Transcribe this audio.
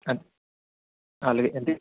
అం అలాగే అంటే